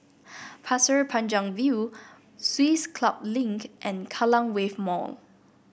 Pasir Panjang View Swiss Club Link and Kallang Wave Mall